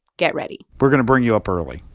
get ready we're going to bring you up early,